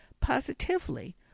positively